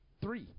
Three